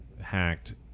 hacked